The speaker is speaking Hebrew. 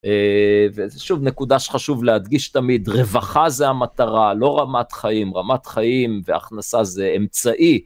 וזה שוב נקודה שחשוב להדגיש תמיד, רווחה זה המטרה, לא רמת חיים, רמת חיים והכנסה זה אמצעי.